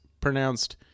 pronounced